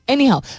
Anyhow